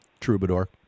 Troubadour